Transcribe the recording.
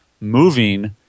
moving